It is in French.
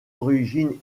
origine